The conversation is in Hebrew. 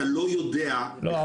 אתה לא יודע --- כן,